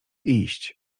iść